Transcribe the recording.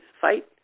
Fight